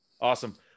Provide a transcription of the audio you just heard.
Awesome